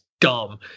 dumb